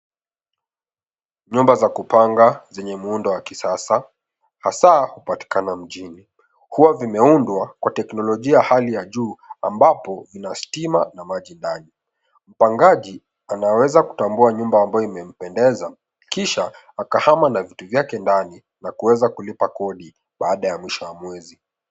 Nyumba za kupanga zenye muundo wa kisasa hasa hupatikana mjini. Huwa zimeundwa kwa teknolojia ya hali ya juu ambapo ina stima na maji ndani. Mpangaji anaweza kutambua nyumba ambayo imempendeza kisha akahama na vitu vyake ndani na kuweza kulipa kodi baada ya mwisho wa mwezi.